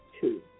two